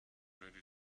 ready